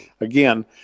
again